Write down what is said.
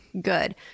Good